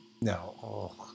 No